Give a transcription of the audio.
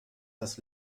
das